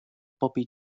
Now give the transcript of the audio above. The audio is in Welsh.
bobi